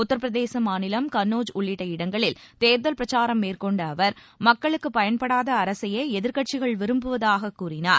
உத்தரப்பிரதேச மாநிலம் கன்னோஜ் உள்ளிட்ட இட ங்களில் தேர்தல் பிரச்சாரம் மேற்கொண்ட அவர் மக்களுக்கு பயன்படாத அரசையே எதிர்க்கட்சிகள் விரும்புவதாகக் கூறினார்